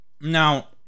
Now